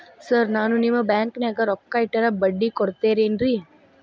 Sir ನಾನು ನಿಮ್ಮ ಬ್ಯಾಂಕನಾಗ ರೊಕ್ಕ ಇಟ್ಟರ ಬಡ್ಡಿ ಕೊಡತೇರೇನ್ರಿ?